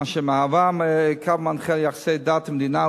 אשר מהווה קו מנחה ליחסי דת ומדינה,